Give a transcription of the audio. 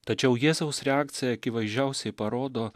tačiau jėzaus reakcija akivaizdžiausiai parodo